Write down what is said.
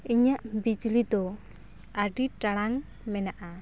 ᱤᱧᱟᱹᱜ ᱵᱤᱡᱽᱞᱤ ᱫᱚ ᱟᱹᱰᱤ ᱴᱟᱲᱟᱝ ᱢᱮᱱᱟᱜᱼᱟ